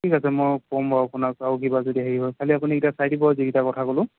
ঠিক আছে মই ক'ম বাৰু আপোনাক আৰু কিবা যদি হেৰি হয় খালি আপুনি এতিয়া চাই দিব যিকেইটা কথা ক'লোঁ